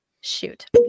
shoot